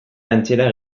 antzera